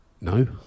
No